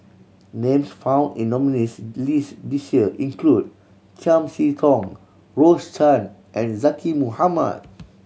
names found in nominees' list this year include Chiam See Tong Rose Chan and Zaqy Mohamad